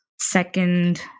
second